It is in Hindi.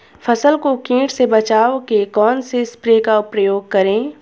फसल को कीट से बचाव के कौनसे स्प्रे का प्रयोग करें?